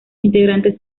integrantes